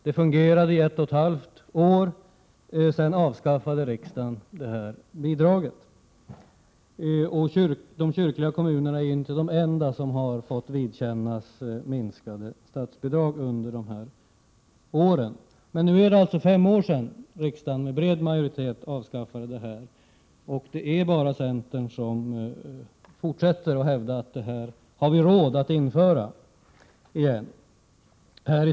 Det fungerade i ett och ett halvt år. Sedan avskaffade riksdagen detta bidrag. De kyrkliga kommunerna är inte de enda som har fått vidkännas minskade statsbidrag under de här åren. Nu är det alltså fem år sedan riksdagen med bred majoritet avskaffade detta bidrag. Det är bara centern som fortsätter att hävda att vi har råd att på nytt införa det.